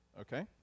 Okay